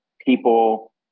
people